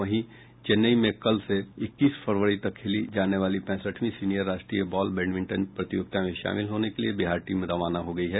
वहीं चैन्नई में कल से इक्कीस फरवरी तक खेली जाने वाली पैंसठवीं सीनियर राष्ट्रीय बॉल बैडमिंटन प्रतियोगिता में शामिल होने की लिए बिहार टीम रवाना हो गयी है